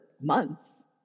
months